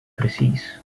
precies